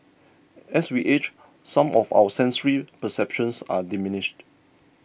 as we age some of our sensory perceptions are diminished